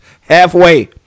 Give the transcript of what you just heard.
halfway